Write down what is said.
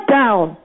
down